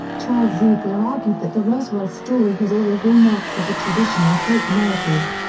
charles ziegler argued that the roswell story has all the hallmarks of a traditional folk narrative.